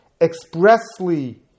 expressly